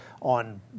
on